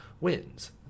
wins